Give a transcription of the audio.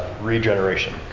regeneration